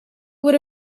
would